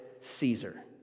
Caesar